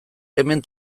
hemen